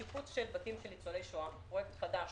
שיפוץ של בתי ניצולי שואה פרויקט חדש